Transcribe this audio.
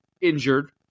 injured